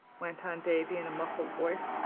went on davy in a muffled voice.